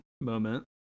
moment